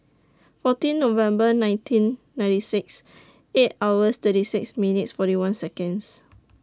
fourteen November nineteen ninety six eight hours thirty six minutes forty one Seconds